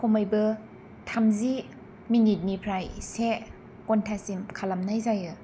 खमैबो थामजि मिनिटनिफ्राय से घन्टासिम खालामनाय जायो